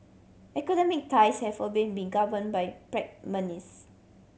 economic ties have always been been govern by